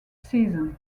season